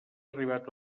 arribat